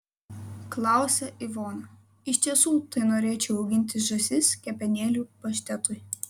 klausia ivona iš tiesų tai norėčiau auginti žąsis kepenėlių paštetui